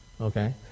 okay